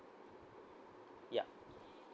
yup